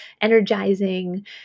energizing